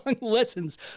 lessons